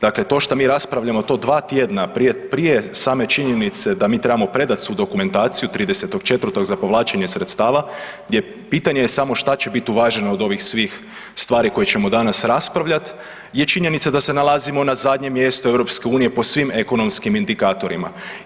Dakle to što mi raspravljamo to 2 tjedna prije same činjenice da mi trebamo predati svu dokumentaciju 30.4. za povlačenje sredstava jer pitanje je samo što će biti uvaženo od ovih svih stvari koje ćemo danas raspravljati je činjenica da se nalazimo na zadnjem mjestu EU po svim ekonomskim indikatorima.